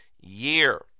year